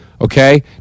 Okay